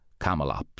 Camelops